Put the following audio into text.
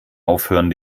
aufhören